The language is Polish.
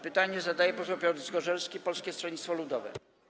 Pytanie zadaje poseł Piotr Zgorzelski, Polskie Stronnictwo Ludowe.